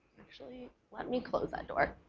actually, let me close that door